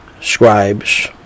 scribes